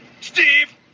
Steve